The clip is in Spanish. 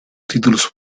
títulos